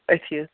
أتھۍ یہِ